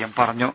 M പറഞ്ഞു